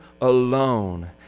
alone